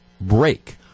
break